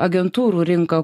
agentūrų rinka